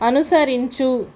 అనుసరించు